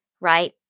right